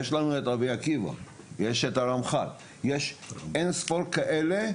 יש את רבי עקיבא, יש את הרמח״ל, יש אינספור כאלה.